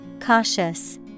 Cautious